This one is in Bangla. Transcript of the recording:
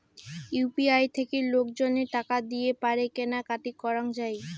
ইউ.পি.আই থাকি লোকজনে টাকা দিয়ে পারে কেনা কাটি করাঙ যাই